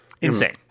Insane